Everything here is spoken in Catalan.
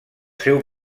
seu